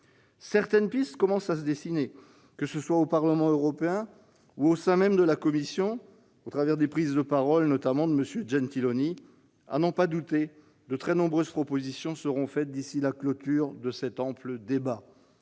Certaines pistes commencent à se dessiner, que ce soit au Parlement européen ou au sein même de la Commission, notamment au travers des prises de parole de M. Gentiloni. À n'en pas douter, de très nombreuses propositions seront faites d'ici à la clôture de cet ample débat.